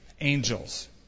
angels